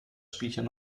spielchen